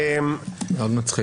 מאוד מצחיק...